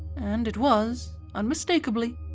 and it was, unmistakably,